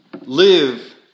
live